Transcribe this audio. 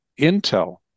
Intel